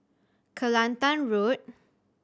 Kelantan Road